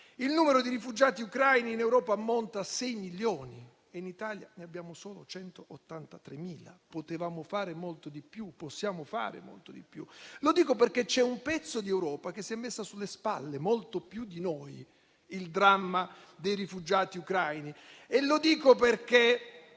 Il numero di rifugiati ucraini in Europa ammonta a 6 milioni e in Italia ne abbiamo solo 183.000; potevamo fare molto di più, possiamo fare molto di più. Lo dico perché c'è un pezzo di Europa che si è messa sulle spalle, molto più di noi, il dramma dei rifugiati ucraini e lo dico perché